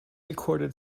recorded